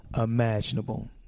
imaginable